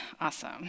awesome